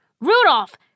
Rudolph